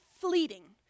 fleeting